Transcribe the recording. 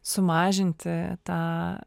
sumažinti tą